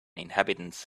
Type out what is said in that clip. inhabitants